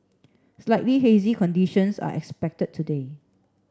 slightly hazy conditions are expected today